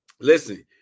listen